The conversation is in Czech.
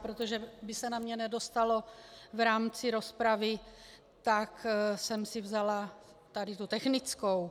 Protože by se na mě nedostalo v rámci rozpravy, tak jsem si vzala tady tu technickou.